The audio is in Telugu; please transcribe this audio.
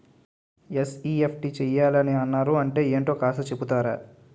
ఎన్.ఈ.ఎఫ్.టి చేయాలని అన్నారు అంటే ఏంటో కాస్త చెపుతారా?